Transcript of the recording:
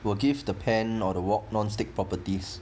will give the pan or the wok non stick properties